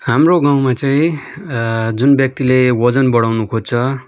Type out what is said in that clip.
हाम्रो गाउँमा चाहिँ जुन व्यक्तिले ओजन बढाउनु खोज्छ